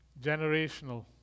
generational